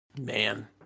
Man